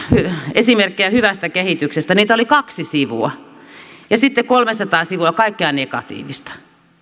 esimerkkejä hyvästä kehityksestä niitä oli kaksi sivua ja sitten kolmesataa sivua kaikkea negatiivista